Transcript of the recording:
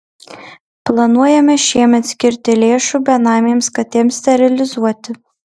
planuojame šiemet skirti lėšų benamėms katėms sterilizuoti